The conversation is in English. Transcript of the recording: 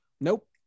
Nope